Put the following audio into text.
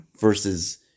versus